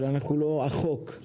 אבל אנחנו לא החוק.